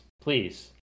please